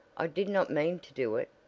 i did not mean to do it.